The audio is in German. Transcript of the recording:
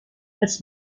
als